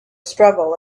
struggle